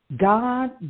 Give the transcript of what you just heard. God